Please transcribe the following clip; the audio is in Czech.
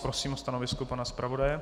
. Prosím o stanovisko pana zpravodaje.